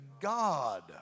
God